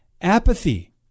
apathy